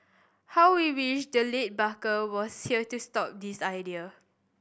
how we wish the late Barker was here to stop this idea